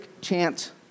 chant